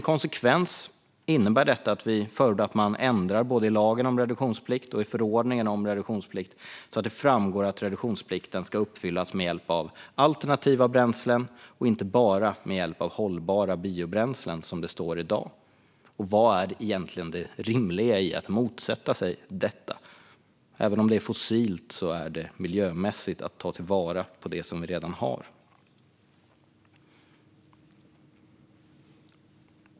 Konsekvensen av detta är att vi förordar att man ändrar både i lagen om reduktionsplikt och i förordningen om reduktionsplikt så att det framgår att reduktionsplikten ska uppfyllas med hjälp av alternativa bränslen och inte bara med hjälp av hållbara biobränslen, som det står i dag. Vad är egentligen det rimliga i att motsätta sig detta? Även om det är fossilt material är det miljömässigt bättre att ta till vara det vi redan har.